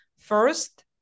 First